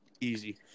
Easy